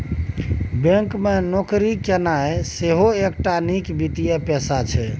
bank मे नौकरी केनाइ सेहो एकटा नीक वित्तीय पेशा छै